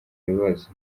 bibazo